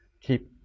keep